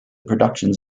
productions